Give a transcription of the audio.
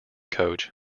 coach